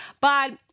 but-